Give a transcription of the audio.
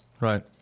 right